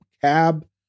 cab